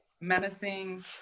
menacing